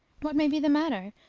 what may be the matter?